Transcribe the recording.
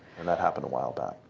and that happened a while back.